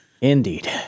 Indeed